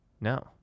No